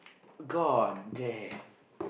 god damn